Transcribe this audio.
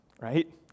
Right